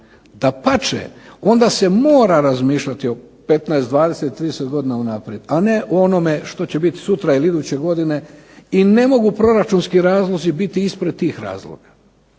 Dapače, onda se mora razmišljati o 15, 20, 30 godina unaprijed, a ne o onome što će biti sutra ili iduće godine. I ne mogu proračunski razlozi biti ispred tih razloga.